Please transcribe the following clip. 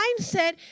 mindset